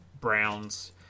Browns